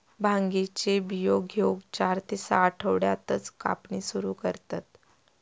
भांगेचे बियो घेऊक चार ते सहा आठवड्यातच कापणी सुरू करतत